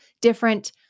different